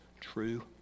true